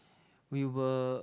we will